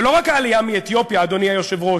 ולא רק העלייה מאתיופיה, אדוני היושב-ראש,